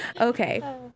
Okay